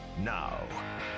now